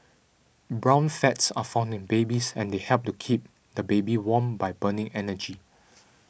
brown fats are found in babies and they help to keep the baby warm by burning energy